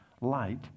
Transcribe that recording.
Light